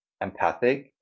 empathic